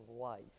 life